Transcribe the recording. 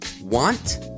want